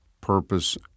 purpose